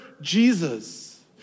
Jesus